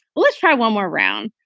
let's try one more round.